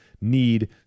need